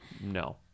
No